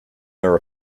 their